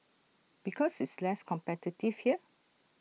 because it's less competitive here